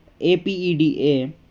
APEDA